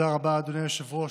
תודה רבה, אדוני היושב-ראש.